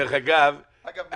דרך אגב,